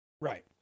Right